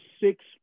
six